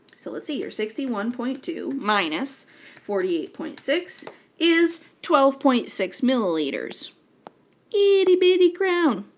so let's see here, sixty one point two minus forty eight point six is twelve point six milliliters itty, bitty crown.